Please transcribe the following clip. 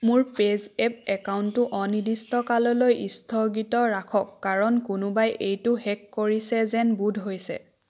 মোৰ পে'জেপ একাউণ্টটো অনিৰ্দিষ্টকাললৈ স্থগিত ৰাখক কাৰণ কোনোবাই এইটো হেক কৰিছে যেন বোধ হৈছে